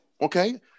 okay